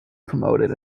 promoted